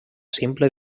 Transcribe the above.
simple